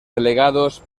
delegados